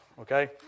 okay